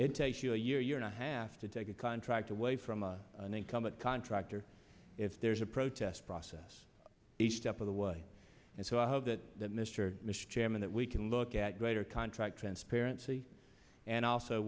it takes you a year year and a half to take a contract away from a unencumbered contractor if there's a protest process each step of the way and so i hope that mr mr chairman that we can look at greater contract transparency and also